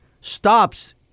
stops